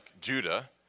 Judah